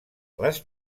les